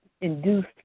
induced